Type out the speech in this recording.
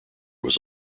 was